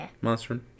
monster